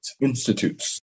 institutes